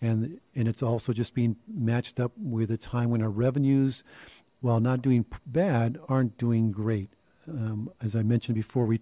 and and it's also just being matched up with a time when our revenues well not doing bad aren't doing great as i mentioned before we